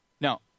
No